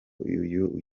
uyu